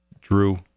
Drew